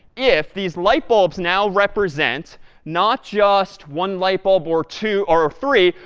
if these light bulbs now represent not just one light bulb or two or ah three,